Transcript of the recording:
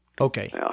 Okay